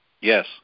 Yes